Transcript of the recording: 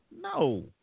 No